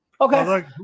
Okay